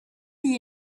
you